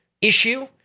issue